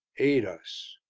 aid us!